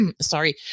Sorry